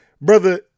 brother